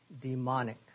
demonic